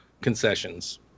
concessions